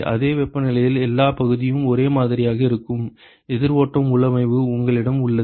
அதே வெப்பநிலையில் எல்லா பகுதியும் ஒரே மாதிரியாக இருக்கும் எதிர் ஓட்டம் உள்ளமைவை உங்களிடம் உள்ளது